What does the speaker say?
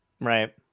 right